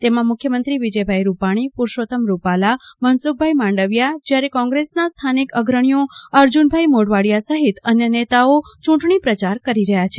તેમાં મુખ્યમંત્રી વિજયભાઇ રૂપાણી પુરૂષોત્તમ રૂપાલા મનસુખભાઇ માંડવીયા જયારે કોંગ્રેસના સ્થાનિક અગ્રણીઓ અર્જૂનભાઇ મોઢવાડિયા સહિત અન્ય નેતાઓ ચૂંટણી પ્રચાર કરી રહ્યાં છે